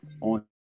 on